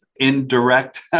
indirect